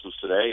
today